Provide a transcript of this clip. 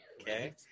okay